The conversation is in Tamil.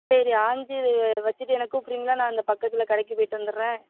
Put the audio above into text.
சரி ஆஞ்சி வி வச்சிட்டு என்ன கூப்பிட்றீங்களா நான் இந்த பக்கத்தில் கடைக்கு போயிவிட்டு வந்துடுறேன்